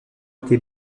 été